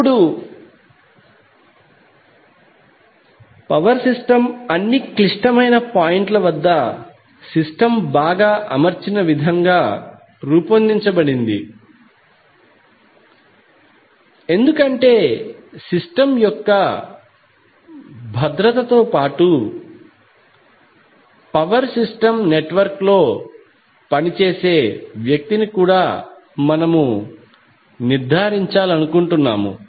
ఇప్పుడు power system అన్ని క్లిష్టమైన పాయింట్ల వద్ద సిస్టమ్ బాగా అమర్చిన విధంగా రూపొందించబడింది ఎందుకంటే సిస్టమ్ యొక్క భద్రతతో పాటు పవర్ సిస్టమ్ నెట్వర్క్లో పనిచేసే వ్యక్తిని కూడా మనము నిర్ధారించాలనుకుంటున్నాము